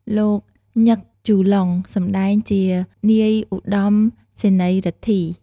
លោក ញឹក ជូឡុង សម្តែងជានាយឧត្តមសេនីយ៍រិទ្ធី។